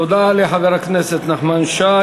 תודה לחבר הכנסת נחמן שי.